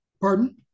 Pardon